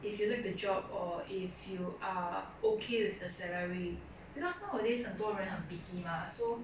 if you like the job or if you are okay with the salary because nowadays 很多人很 picky mah so